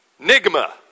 Nigma